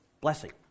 blessing